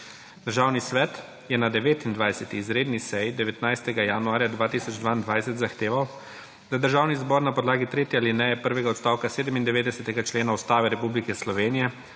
Državni svet je na 29. izredni seji 19. januarja 2022 zahteval, da Državni zbor na podlagi tretje alineje prvega odstavka 97. člena Ustave Republike Slovenije